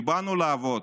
כי באנו לעבוד,